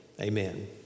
Amen